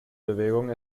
bewegung